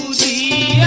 the